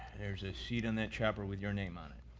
there's a seat in that chopper with your name on it.